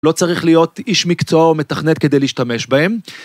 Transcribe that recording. לא צריך להיות איש מקצוע או מתכנת כדי להשתמש בהם.